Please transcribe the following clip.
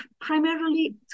primarily